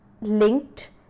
linked